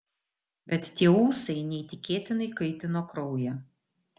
bet tie ūsai neįtikėtinai kaitino kraują